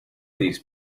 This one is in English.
these